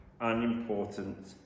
unimportant